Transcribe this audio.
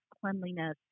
cleanliness